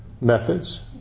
methods